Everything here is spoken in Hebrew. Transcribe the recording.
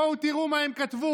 בואו תראו מה הם כתבו,